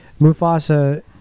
Mufasa